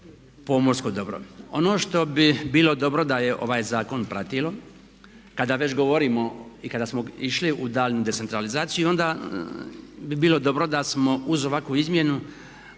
pomorsko dobro. Ono što bi bilo dobro da je ovaj zakon pratilo kada već govorimo i kada smo išli u daljnju decentralizaciju onda bi bilo dobro da smo uz ovakvu izmjenu